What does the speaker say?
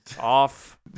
off